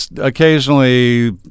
Occasionally